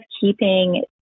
keeping